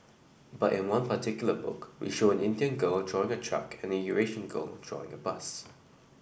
but in one particular book we show an Indian girl drawing a truck and Eurasian girl drawing a bus